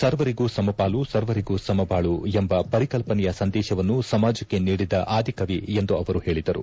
ಸರ್ವರಿಗೂ ಸಮಪಾಲು ಸರ್ವರಿಗೂ ಸಮಬಾಳು ಎಂಬ ಪರಿಕಲ್ಪನೆಯ ಸಂದೇಶವನ್ನು ಸಮಾಜಕ್ಕೆ ನೀಡಿದ ಆದಿ ಕವಿ ಎಂದು ಅವರು ಹೇಳಿದರು